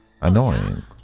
annoying